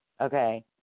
Okay